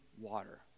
water